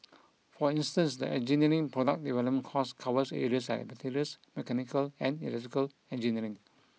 for instance the engineering product development course covers areas like materials mechanical and electrical engineering